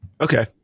Okay